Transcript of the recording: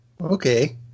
Okay